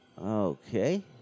Okay